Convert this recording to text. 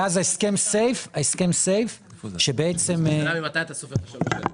ואז ההסכם סייף שבעצם -- השאלה ממתי אתה סופר את השלוש שנים,